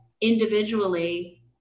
individually